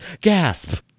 gasp